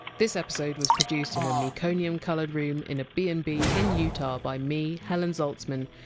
this episode was produced in a meconium-coloured room in a b and b in utah by me, helen zaltzman,